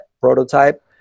prototype